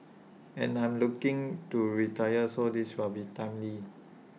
and I am looking to retire so this will be timely